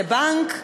זה בנק?